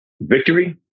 Victory